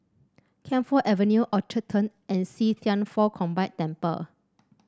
Camphor Avenue Orchard Turn and See Thian Foh Combined Temple